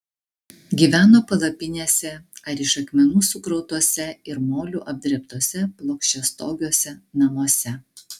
gyveno palapinėse ar iš akmenų sukrautuose ir moliu apdrėbtuose plokščiastogiuose namuose